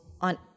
on